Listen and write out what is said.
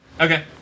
okay